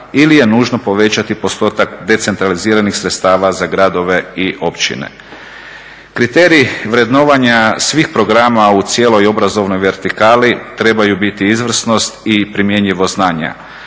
ili je nužno povećati postotak decentraliziranih sredstava za gradove i općine. Kriterij vrednovanja svih programa u cijeloj obrazovnoj vertikali trebaju biti izvrsnost i primjenjivost znanja.